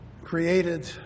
created